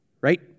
right